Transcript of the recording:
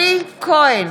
אלי כהן,